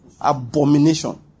Abomination